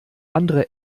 andere